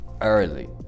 early